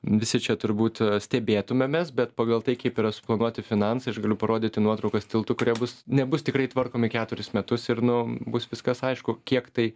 visi čia turbūt stebėtumėmės bet pagal tai kaip yra suplanuoti finansai aš galiu parodyti nuotraukas tiltų kurie bus nebus tikrai tvarkomi keturis metus ir nu bus viskas aišku kiek tai